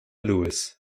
lewis